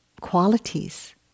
qualities